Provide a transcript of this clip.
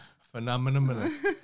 phenomenon